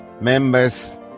members